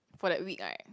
for that week right